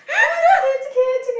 no it's okay it's okay it's